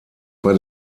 bei